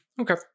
Okay